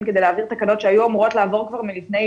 כדי להעביר תקנות שהיו אמורות כבר לעבור לפני,